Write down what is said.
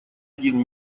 один